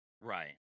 right